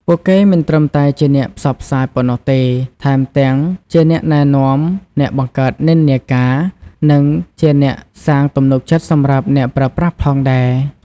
ពួកគេមិនត្រឹមតែជាអ្នកផ្សព្វផ្សាយប៉ុណ្ណោះទេ ថែមទាំងជាអ្នកណែនាំ អ្នកបង្កើតនិន្នាការ និងជាអ្នកសាងទំនុកចិត្តសម្រាប់អ្នកប្រើប្រាស់ផងដែរ។